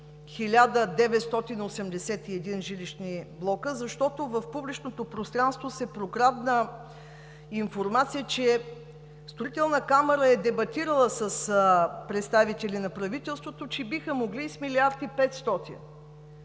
тези 1981 жилищни блока? Защото в публичното пространство се прокрадна информация, че Строителната камара е дебатирала с представители на правителството, че биха могли и с милиард и 500.